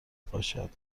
پاشد